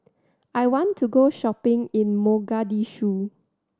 I want to go shopping in Mogadishu